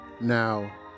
now